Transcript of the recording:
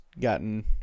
gotten